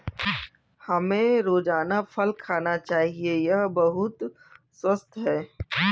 हमें रोजाना फल खाना चाहिए, यह बहुत स्वस्थ है